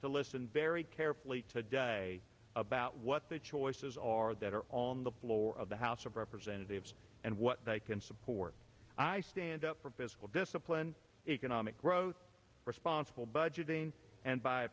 to listen very carefully today about what the choices are that are on the floor of the house of representatives and what they can support i stand up for fiscal discipline economic growth responsible budgeting and b